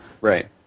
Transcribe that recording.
Right